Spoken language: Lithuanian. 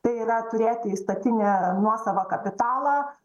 tai yra turėti įstatinį nuosavą kapitalą